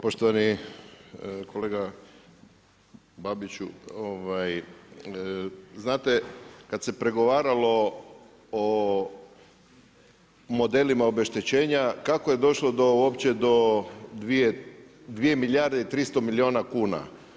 Poštovani Babiću, znate kad se pregovaralo o modelima obeštećenja kako je došlo uopće do 2 milijarde i 300 milijuna kuna?